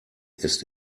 ist